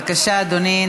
בבקשה, אדוני.